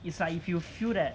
it's like if you feel that